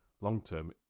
long-term